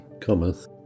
cometh